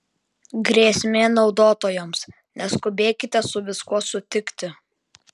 grėsmė naudotojams neskubėkite su viskuo sutikti